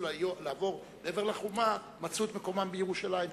לעבור מעבר לחומה מצאו את מקומם בירושלים פתאום.